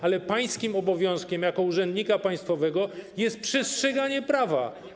Ale pańskim obowiązkiem jako urzędnika państwowego jest przestrzeganie prawa.